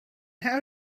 how